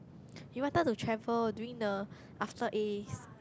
we wanted to travel during the after A S